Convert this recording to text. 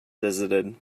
visited